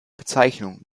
bezeichnung